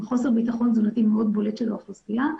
חוסר בטחון תזונתי מאוד בולט של האוכלוסייה,